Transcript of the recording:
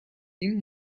این